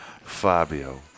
Fabio